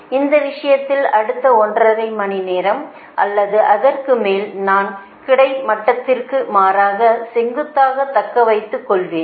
எனவே இந்த விஷயத்தில் அடுத்த ஒன்றரை மணிநேரம் அல்லது அதற்கு மேல் நான் கிடைமட்டத்திற்க்கு மாறாக செங்குத்தாக தக்கவைத்து கொள்வேன்